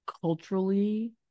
culturally